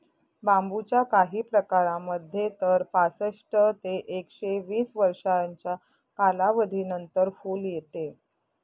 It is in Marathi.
बांबूच्या काही प्रकारांमध्ये तर पासष्ट ते एकशे वीस वर्षांच्या कालावधीनंतर फुल येते